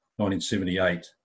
1978